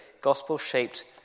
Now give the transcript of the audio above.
gospel-shaped